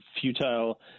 futile